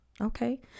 okay